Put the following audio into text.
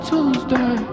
Tuesday